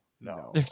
no